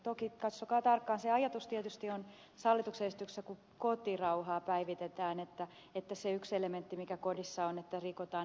toki katsokaa tarkkaan se ajatus tietysti on hallituksen esityksessä kun kotirauhaa päivitetään että se yksi elementti mikä kodissa on on että rikotaan nimenomaan kotia